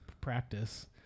practice